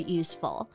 useful